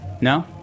no